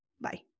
bye